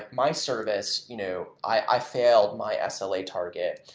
my service you know i failed my ah sla target,